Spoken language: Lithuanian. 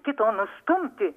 kito nustumti